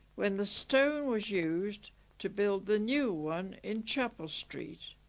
when the stone was used to build the new one in chapel street